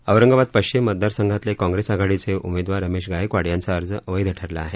औरंगाबाद पश्चिम मतदार संघातले काँप्रेस आघाडीचे उमेदवार रमेश गायकवाड यांचा अर्ज अवैध ठऱला आहे